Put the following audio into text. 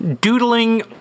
doodling